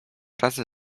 razem